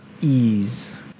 Ease